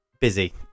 busy